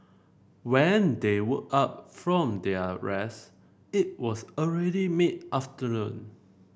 when they woke up from their rest it was already mid afternoon